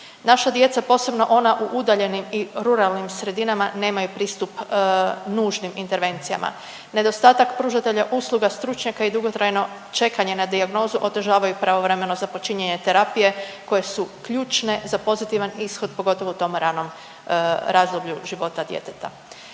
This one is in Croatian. Naša djeca, posebno ona u udaljenim i ruralnim sredinama nemaju pristup nužnim intervencijama. Nedostatak pružatelja usluga, stručnjaka i dugotrajno čekanje na dijagnozu otežavaju pravovremeno započinjenje terapije koje su ključne za pozitivan ishod, pogotovo u tom ranom razdoblju života djeteta.